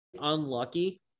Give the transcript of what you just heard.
unlucky